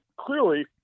clearly